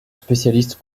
spécialiste